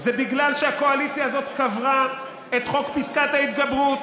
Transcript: זה בגלל שהקואליציה הזאת קברה את חוק פסקת ההתגברות,